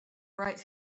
right